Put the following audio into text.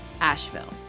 Asheville